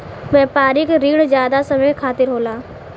व्यापारिक रिण जादा समय के खातिर होला